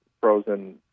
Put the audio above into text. frozen